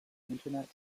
internet